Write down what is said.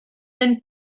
then